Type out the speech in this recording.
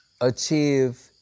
achieve